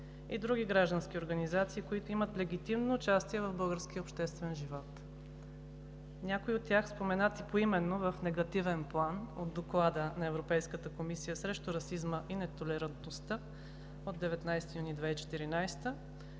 и други граждански организации, които имат легитимно участие в българския обществен живот. Някои от тях – споменати поименно в негативен план от Доклада на Европейската комисия срещу расизма и нетолерантността от 19 юни 2014 г.,